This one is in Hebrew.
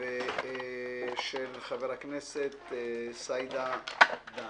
ושל חבר הכנסת סידה דן.